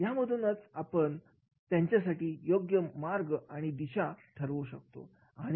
यामधूनच आपण त्यांच्यासाठी योग्य मार्ग आणि दिशा ठरवू शकतो